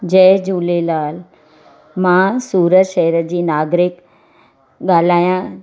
जय झूलेलाल मां सूरत शहर जी नागरिक ॻाल्हायां